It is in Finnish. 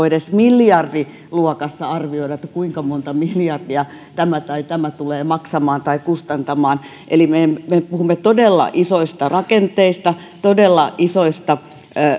edes miljardiluokassa arvioida kuinka monta miljardia tämä tai tämä tulee maksamaan tai kustantamaan eli me puhumme todella isoista rakenteista todella isoista